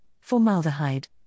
formaldehyde